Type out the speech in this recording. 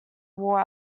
wore